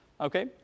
okay